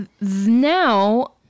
now